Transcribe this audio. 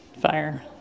fire